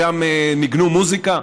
שם ניגנו מוזיקה,